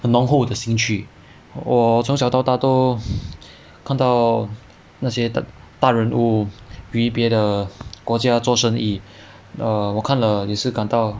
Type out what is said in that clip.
很浓厚的趣我从小到大都看到那些的大人物与别的国家做生意 err 我看了也是感到